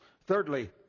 Thirdly